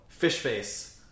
Fishface